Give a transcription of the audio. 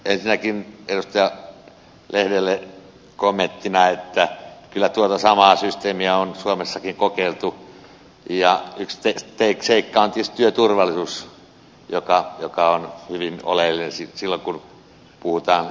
ensinnäkin edustaja lehdelle kommenttina että kyllä tuota samaa systeemiä on suomessakin kokeiltu ja yksi seikka on tietysti työturvallisuus joka on hyvin oleellinen asia silloin kun puhutaan yksin partioinnista